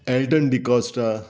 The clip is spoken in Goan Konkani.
एलटन डिकॉस्टा